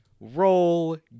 roll